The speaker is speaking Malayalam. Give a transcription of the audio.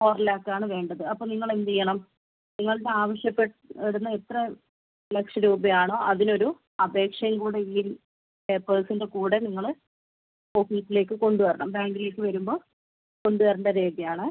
ഫോർ ലാക്ക് ആണ് വേണ്ടത് അപ്പോൾ നിങ്ങൾ എന്തുചെയ്യണം നിങ്ങൾ ആവശ്യപ്പെടുന്ന എത്ര ലക്ഷം രൂപയാണോ അതിനൊരു അപേക്ഷയും കൂടെ ഈയൊരു പേപ്പർസിൻ്റെ കൂടെ നിങ്ങൾ ഓഫീസിലേക്ക് കൊണ്ട് വരണം ബാങ്കിലേക്ക് വരുമ്പോൾ കൊണ്ടുവരണ്ട രേഖയാണ്